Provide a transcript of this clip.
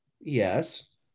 Yes